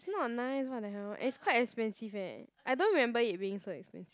it's not nice what the hell and it's quite expensive eh I don't remember it being so expensive